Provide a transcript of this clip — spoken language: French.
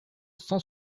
cent